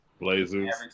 Blazers